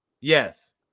Yes